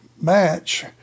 match